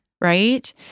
Right